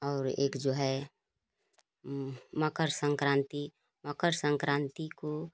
और एक जो है मकर संक्रांति मकर संक्रांति को